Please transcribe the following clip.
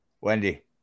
Wendy